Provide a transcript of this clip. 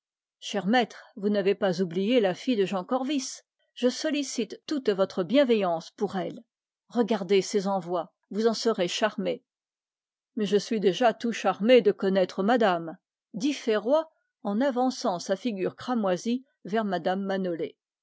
cher maître vous n'avez pas oublié la fille de jean corvis je sollicite toute votre bienveillance pour elle regardez ses envois vous en serez charmé je suis déjà tout charmé de connaître madame dit ferroy en avançant sa figure cramoisie vers mme manolé